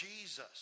Jesus